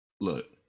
look